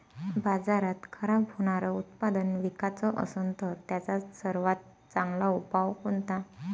बाजारात खराब होनारं उत्पादन विकाच असन तर त्याचा सर्वात चांगला उपाव कोनता?